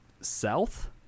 south